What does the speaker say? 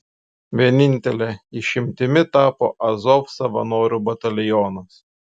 vienintele išimtimi tapo azov savanorių batalionas